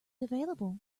available